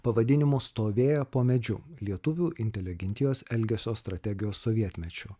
pavadinimu stovėjo po medžiu lietuvių inteligentijos elgesio strategijos sovietmečiu